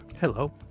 Hello